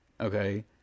Okay